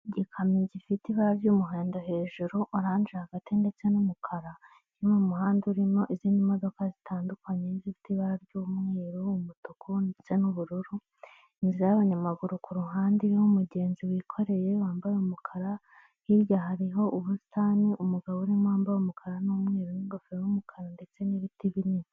Umuhanda nyabagendwa aho bigaragara ko ukorerwamo mu byerekezo byombi, ku ruhande rw'uburyo bw'umuhanda hakaba haparitse abamotari benshi cyane bigaragara ko bategereje abagenzi kandi hirya hakagaragara inzu nini cyane ubona ko ikorerwamo ubucuruzi butandukanye, ikirere kikaba gifite ishusho isa n'umweru.